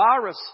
virus